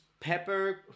Pepper